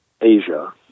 Asia